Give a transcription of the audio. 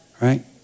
right